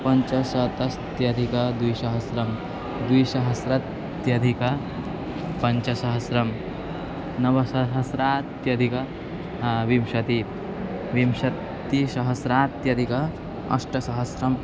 पञ्चशतधिकद्विसहस्रं द्विसहस्राधिकपञ्चसहस्रं नवसहस्राधिक विंशतिः विंशतिसहस्राधिक अष्टसहस्रम्